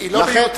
היא לא מיותרת.